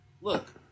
look